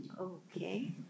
Okay